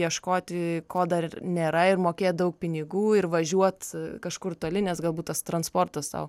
ieškoti ko dar nėra ir mokėt daug pinigų ir važiuot kažkur toli nes galbūt tas transportas sau